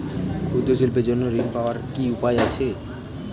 ক্ষুদ্র শিল্পের জন্য ঋণ পাওয়ার কি উপায় আছে?